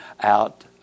out